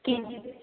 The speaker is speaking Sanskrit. किञ्चिद्